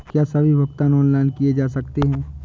क्या सभी भुगतान ऑनलाइन किए जा सकते हैं?